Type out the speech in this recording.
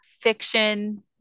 fiction